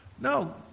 No